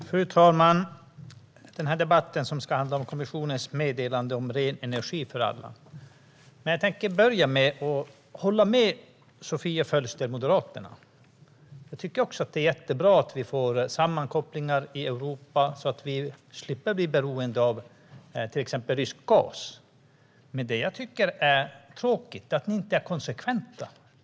Fru talman! Den här debatten ska handla om kommissionens meddelande om ren energi för alla. Men jag tänker börja med att hålla med Sofia Fölster från Moderaterna. Jag tycker också att det är jättebra att vi får sammankopplingar i Europa så att vi slipper bli beroende av till exempel rysk gas. Det jag tycker är tråkigt är att ni inte är konsekventa.